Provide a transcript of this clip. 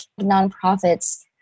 nonprofits